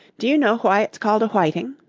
do you know why it's called a whiting